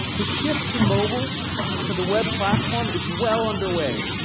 the shift to mobile for the web platform is well underway,